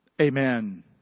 Amen